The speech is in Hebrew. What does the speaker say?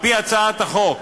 על-פי הצעת החוק,